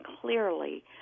clearly